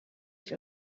ich